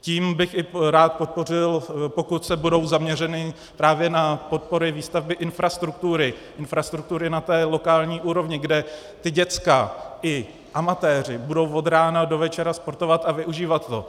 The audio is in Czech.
Tím bych i rád podpořil, pokud budou zaměřeny právě na podpory výstavby infrastruktury, infrastruktury na lokální úrovni, kde ta děcka i amatéři budou od rána do večera sportovat a využívat to.